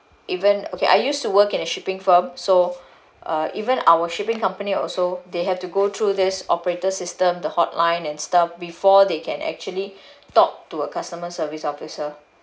even okay I used to work in a shipping firm so uh even our shipping company also they have to go through this operator system the hotline and stuff before they can actually talk to a customer service officer